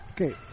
Okay